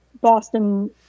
Boston